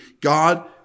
God